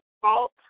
fault